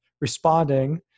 responding